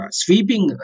sweeping